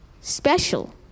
special